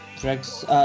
tracks